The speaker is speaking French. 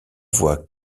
voit